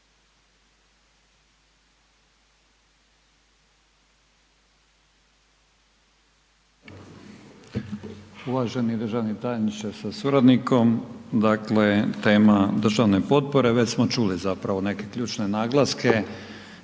Uvaženi državni tajniče sa suradnikom, dakle tema državne potpore, već smo čuli zapravo neke ključne naglaske,